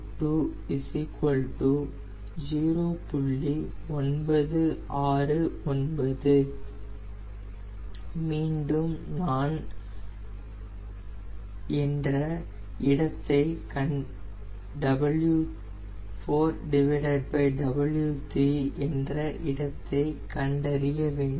969 மீண்டும் நான் என்ற விகிதத்தை கண்டறிய வேண்டும்